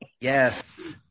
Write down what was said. Yes